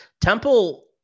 Temple